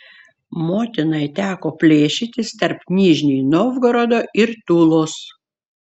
motinai teko plėšytis tarp nižnij novgorodo ir tulos